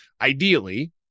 ideally